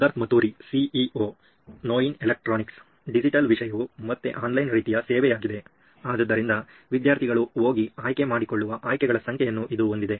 Siddharth Maturi CEO ನೋಯಿನ್ electronics digital ವಿಷಯವು ಮತ್ತೆ ಆನ್ಲೈನ್ ರೀತಿಯ ಸೇವೆಯಾಗಿದೆ ಆದ್ದರಿಂದ ವಿದ್ಯಾರ್ಥಿಗಳು ಹೋಗಿ ಆಯ್ಕೆ ಮಾಡಿಕೊಳ್ಳುವ ಆಯ್ಕೆಗಳ ಸಂಖ್ಯೆಯನ್ನು ಇದು ಹೊಂದಿದೆ